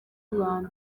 rwanda